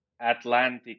Atlantic